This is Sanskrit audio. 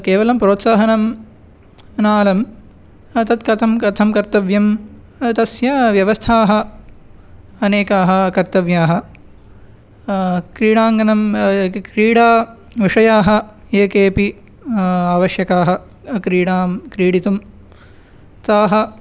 केवलं प्रोत्साहनं नालं तत् कथं कथं कर्तव्यं तस्य व्यवस्थाः अनेकाः कर्तव्याः क्रीडाङ्गणं क् क्रीडाविषयाः ये केपि आवश्यकाः क्रीडां क्रीडितुं ताः